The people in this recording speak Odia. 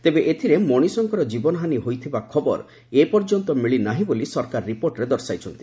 ତେବେ ଏଥରେ ମଶିଷଙ୍କ ଜୀବନ ହାନି ହୋଇଥିବା ଖବର ଏପର୍ଯ୍ୟନ୍ତ ମିଳିନାର୍ହି ବୋଲି ସରକାର ରିପୋର୍ଟରେ ଦର୍ଶାଇଛନ୍ତି